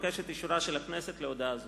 אישור הכנסת להודעה זו.